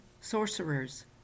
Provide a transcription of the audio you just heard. sorcerers